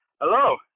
Hello